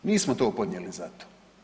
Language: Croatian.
Nismo to podnijeli zato.